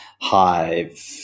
Hive